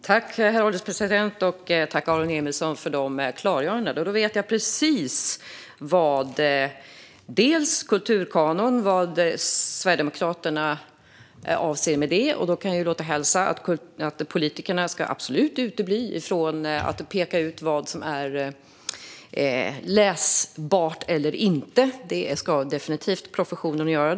Herr ålderspresident! Tack, Aron Emilsson, för dessa klargöranden! Då vet jag precis vad Sverigedemokraterna avser med kulturkanon. Jag kan låta hälsa att politikerna absolut ska utebli från att peka ut vad som är läsbart eller inte. Det ska definitivt professionen göra.